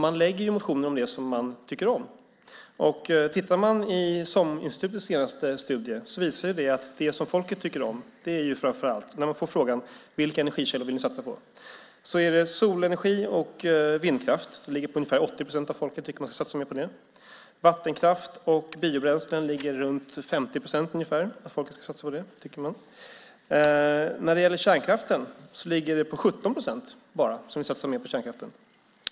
Man väcker motioner om det som man tycker om. SOM-institutets senaste studie visar att det som folk tycker om när de får frågan vilka energikällor de vill satsa på är framför allt solenergi och vindkraft. De ligger på ungefär 80 procent av vad folket tycker att man ska satsa mer på. Vattenkraft och biobränslen ligger på runt 50 procent av vad folk tycker att man ska satsa på. På kärnkraften är det bara 17 procent som vill satsa mer.